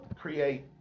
create